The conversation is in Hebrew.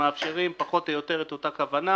שמאפשרים פחות או יותר את אותה כוונה.